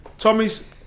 Tommy's